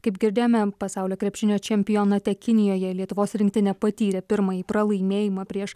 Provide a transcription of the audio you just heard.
kaip girdėjome pasaulio krepšinio čempionate kinijoje lietuvos rinktinė patyrė pirmąjį pralaimėjimą prieš